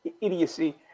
Idiocy